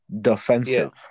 defensive